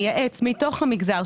מייעץ מתוך המגזר,